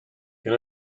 can